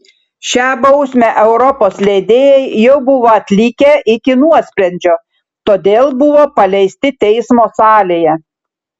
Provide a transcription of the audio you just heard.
šią bausmę europos leidėjai jau buvo atlikę iki nuosprendžio todėl buvo paleisti teismo salėje